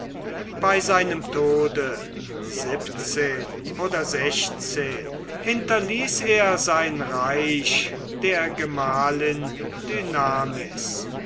bei seinem tode hinterließ er sein reich der gemahlin